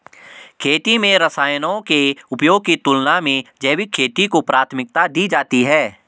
खेती में रसायनों के उपयोग की तुलना में जैविक खेती को प्राथमिकता दी जाती है